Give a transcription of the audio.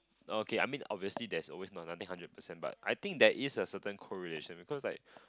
okay I mean obviously there's always not nothing hundred percent but I think there is a certain correlation because like